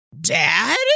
Dad